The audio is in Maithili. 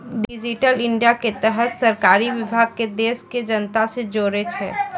डिजिटल इंडिया के तहत सरकारी विभाग के देश के जनता से जोड़ै छै